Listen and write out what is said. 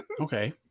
okay